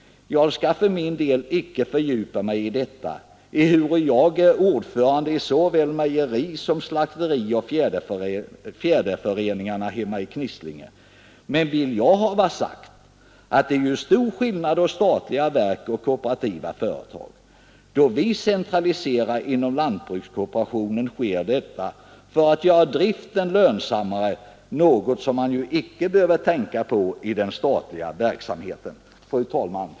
Jag skall för min del icke fördjupa mig i detta, ehuru jag är ordförande i såväl mejerisom slakterioch fjäderföreningarna hemma i Knisslinge, men vill jag hava sagt, att det ju är stor skillnad å statliga verk och kooperativa företag. Då vi centraliserar inom lantbrukskooperationen sker detta för att göra driften lönsammare, något som man ju icke behöver tänka på i den statliga verksamheten.” Fru talman!